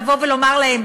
לבוא ולומר להם: